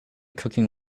cooking